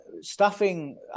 stuffing